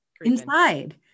inside